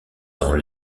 dans